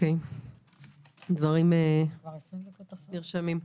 הדברים נרשמים.